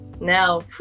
now